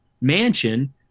mansion